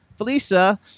Felisa